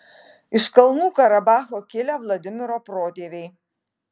iš kalnų karabacho kilę vladimiro protėviai